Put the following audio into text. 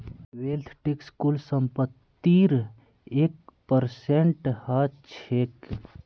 wealth tax कुल संपत्तिर एक परसेंट ह छेक